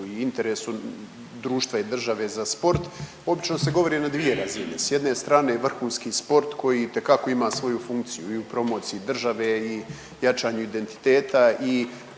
o interesu društva i države za sport obično se govori na dvije razine. S jedne strane je vrhunski sport koji itekako ima svoju funkciju i u promociji države, i jačanju identiteta i